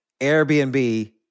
Airbnb